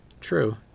True